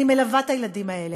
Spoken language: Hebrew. אני מלווה את הילדים האלה.